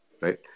right